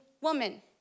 woman